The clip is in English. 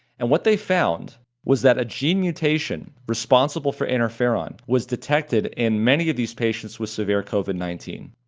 and what they found was that a gene mutation responsible for interferon was detected in many of these patients with severe covid nineteen.